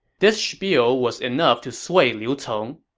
this spiel was enough to sway liu cong.